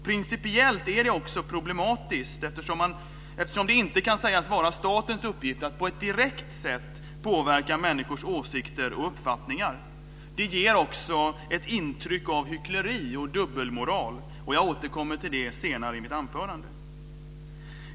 Principiellt är det också problematiskt eftersom det inte kan sägas vara statens uppgift att på ett direkt sätt påverka människors åsikter och uppfattningar. Det ger också ett intryck av hyckleri och dubbelmoral. Jag återkommer till det senare i mitt anförande.